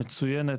מצוינת